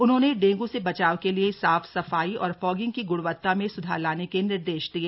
उन्होंने डेंग् से बचाव के लिए साफ सफाई और फॉगिंग की ग्णवत्ता में स्धार लाने के निर्देश दिए